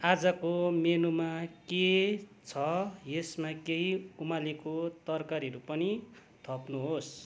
आजको मेनुमा के छ यसमा केही उमालेको तरकारीहरू पनि थप्नुहोस्